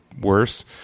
worse